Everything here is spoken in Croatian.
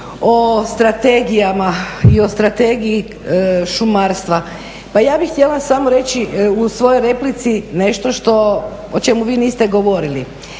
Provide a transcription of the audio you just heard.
o strategijama i o strategiji šumarstva. Pa ja bih htjela samo reći u svojoj replici nešto što, o čemu vi niste govorili.